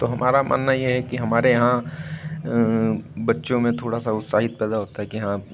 तो हमारा मानना ये है कि हमारे यहाँ बच्चों में थोड़ा सा उत्साहित पैदा होता है कि हाँ